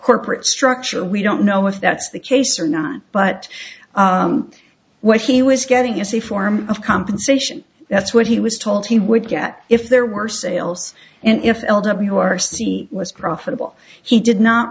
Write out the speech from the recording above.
corporate structure we don't know if that's the case or not but what he was getting is a form of compensation that's what he was told he would get if there were sales and if l w r c was profitable he did not